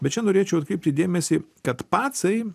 bet čia norėčiau atkreipti dėmesį kad pacai